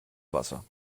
wasser